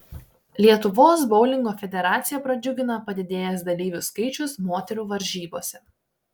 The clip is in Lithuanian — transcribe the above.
lietuvos boulingo federaciją pradžiugino padidėjęs dalyvių skaičius moterų varžybose